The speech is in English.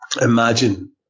imagine